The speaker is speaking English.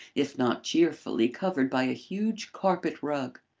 if not cheerfully, covered by a huge carpet rug.